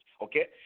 Okay